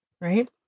right